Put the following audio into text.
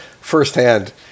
firsthand